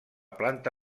planta